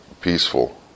peaceful